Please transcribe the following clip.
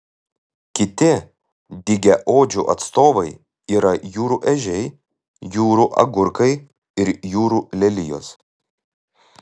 kiti dygiaodžių atstovai yra jūrų ežiai jūrų agurkai ir jūrų lelijos